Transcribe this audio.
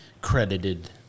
credited